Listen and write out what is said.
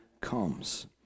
comes